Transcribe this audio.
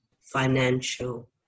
financial